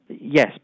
Yes